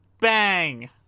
Bang